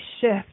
shift